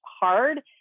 hard